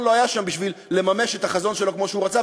לא היה שם בשביל לממש את החזון שלו כמו שהוא רצה.